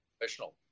professional